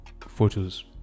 photos